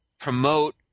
promote